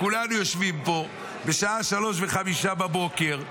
כולנו יושבים פה, בשעה 03:05 בבוקר,